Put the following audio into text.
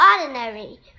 Ordinary